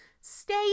Stay